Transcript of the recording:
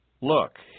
Look